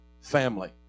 family